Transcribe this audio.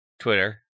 Twitter